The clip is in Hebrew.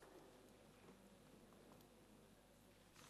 אני